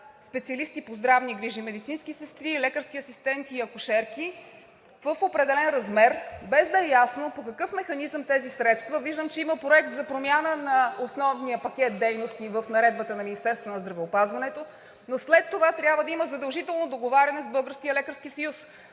специалисти по здравни грижи – медицински сестри, лекарски асистенти и акушерки, в определен размер, без да е ясно по какъв механизъм тези средства – виждам че има проект за промяна на основния пакет дейности в Наредбата на Министерството на здравеопазването, но след това трябва да има задължително договаряне с